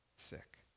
sick